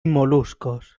moluscos